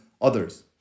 others